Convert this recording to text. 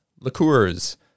liqueurs